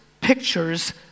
pictures